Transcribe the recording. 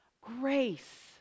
grace